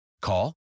Call